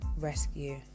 rescue